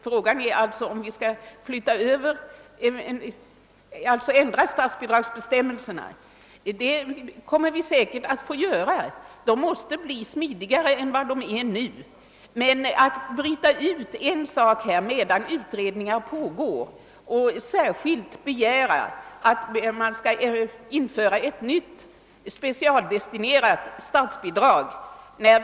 Frågan är alltså om vi skall ändra statsbidragsbestämmelserna och flytta över denna uppgift till staten, vilket vi säkerligen kommer att få överväga. Det måste kunna åstadkommas en smidigare ordning än den nuvarande.